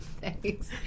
Thanks